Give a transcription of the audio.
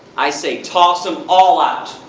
i say toss them all out.